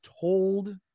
told